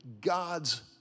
God's